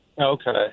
Okay